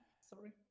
sorry